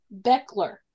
Beckler